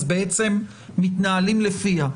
אז בעצם מתנהלים לפיה.